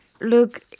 Look